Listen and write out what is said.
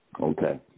Okay